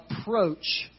approach